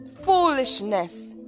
foolishness